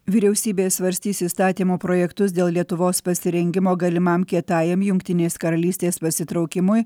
vyriausybė svarstys įstatymo projektus dėl lietuvos pasirengimo galimam kietajam jungtinės karalystės pasitraukimui